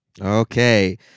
Okay